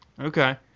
Okay